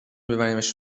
ببریمش